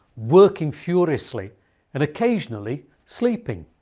working furiously and occasionally sleeping.